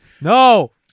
No